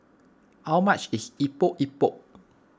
how much is Epok Epok